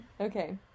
Okay